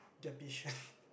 they're patient